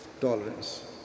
tolerance